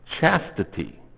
Chastity